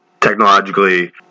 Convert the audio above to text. technologically